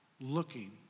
looking